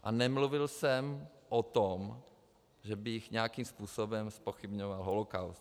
A nemluvil jsem o tom, že bych nějakým způsobem zpochybňoval holokaust.